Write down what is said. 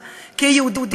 שאמרו,